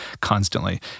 constantly